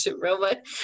robot